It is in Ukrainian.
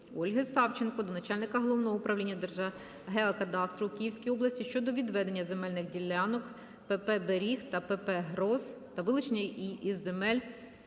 Ольги Савченко до начальника Головного управління Держгеокадастру у Київській області щодо відведення земельних ділянок ПП "Беріг" та ПП "Гросс" та вилучення із земель